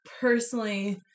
personally